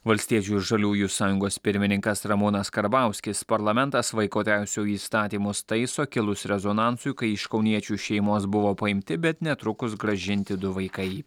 valstiečių ir žaliųjų sąjungos pirmininkas ramūnas karbauskis parlamentas vaiko teisių įstatymus taiso kilus rezonansui kai iš kauniečių šeimos buvo paimti bet netrukus grąžinti du vaikai